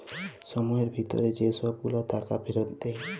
ছময়ের ভিতরে যে ছব গুলা টাকা ফিরত দেয়